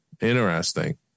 interesting